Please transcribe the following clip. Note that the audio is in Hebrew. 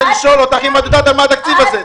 לשאול אותך אם את יודעת על מה התקציב הזה.